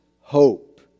hope